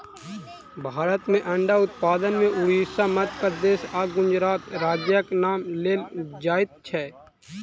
भारत मे अंडा उत्पादन मे उड़िसा, मध्य प्रदेश आ गुजरात राज्यक नाम लेल जाइत छै